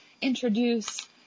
introduce